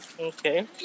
Okay